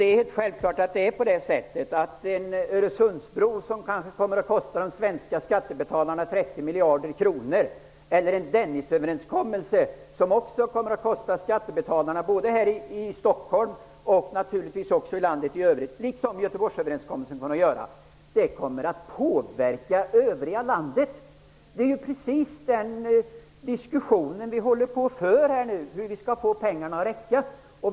Det är självklart att en Öresundsbro, som kanske kommer att kosta de svenska skattebetalarna 30 miljarder kronor, Dennisöverenskommelsen som också kommer att kosta miljarder för skattebetalarna både här i Stockholm och i landet i övrigt, liksom Göteborgsöverenskommelsen kommer att göra, påverkar övriga landet. Det är precis den diskussionen vi håller på att föra här nu, hur vi skall få pengarna att räcka.